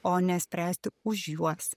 o ne spręsti už juos